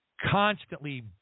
constantly